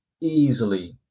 easily